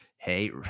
hey